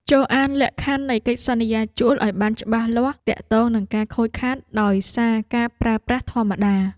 ចូរអានលក្ខខណ្ឌនៃកិច្ចសន្យាជួលឱ្យបានច្បាស់លាស់ទាក់ទងនឹងការខូចខាតដោយសារការប្រើប្រាស់ធម្មតា។